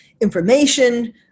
information